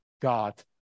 God